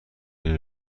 این